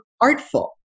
artful